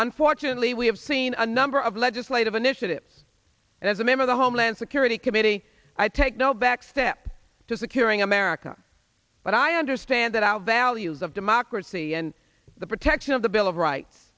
unfortunately we have seen a number of legislative initiatives and as a member of the homeland security committee i take no back step to securing america but i understand that our values of democracy and the protection of the bill of rights